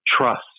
trust